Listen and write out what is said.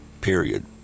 period